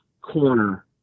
corner